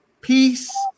Peace